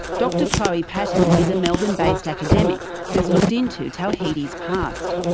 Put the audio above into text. dr chloe patton is a melbourne-based academic who's looked into tawhidi's past.